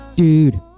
dude